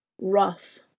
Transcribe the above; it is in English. rough